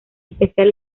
especial